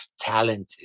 talented